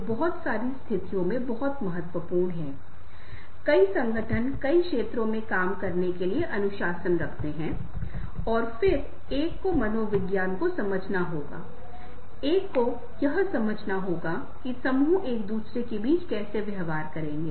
इसमें समय लगता है और जो अनुभवी व्यक्ति हैं हम बहुत से उदाहरण दे सकते हैं जो लोग उच्च पद पर आसीन हैं या जो संगठन का नेतृत्व कर रहे हैं कंपनी कारखाने शिक्षण संस्थानों का नेतृत्व कर रहे हैं वे कुछ गुण पते हैं जो हर कोई सराहना करेगा और कई गुणों के बीच एक व्यक्ति क्या बताएगा की